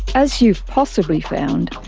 as you've possibly found,